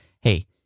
hey